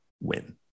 win